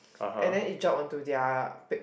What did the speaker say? and then it drop onto their